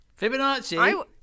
Fibonacci